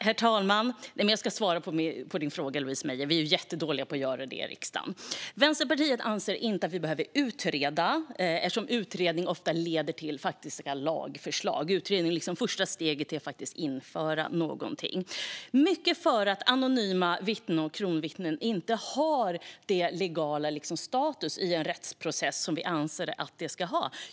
Herr talman! Jag ska svara på frågan. Vi är ju jättedåliga på att göra det i riksdagen. Vänsterpartiet anser inte att vi behöver utreda detta eftersom utredningar ofta leder till lagförslag. En utredning är första steget mot att faktiskt införa något. Vi anser att anonyma vittnen och kronvittnen inte har den legala status i en rättsprocess som vi anser att de ska ha.